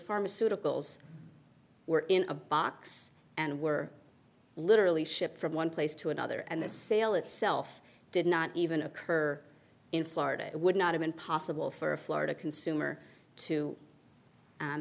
pharmaceuticals were in a box and were literally shipped from one place to another and the sale itself did not even occur in florida it would not have been possible for a florida consumer to